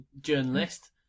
journalist